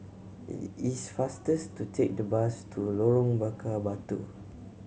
it's faster to take the bus to Lorong Bakar Batu